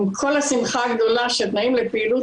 עם כל השמחה הגדולה שבאים לפעילות,